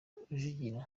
rujugira